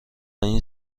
این